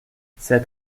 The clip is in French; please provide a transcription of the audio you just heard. cet